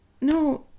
No